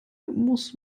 muss